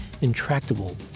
intractable